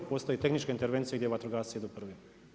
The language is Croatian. Postoje tehničke intervencije gdje vatrogasci idu prvi.